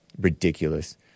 Ridiculous